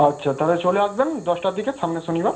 আচ্ছা তাহলে চলে আসবেন দশটার দিকে সামনের শনিবার